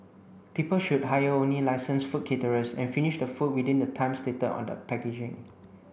people should hire only licensed food caterers and finish the food within the time stated on the packaging